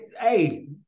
hey